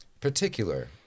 particular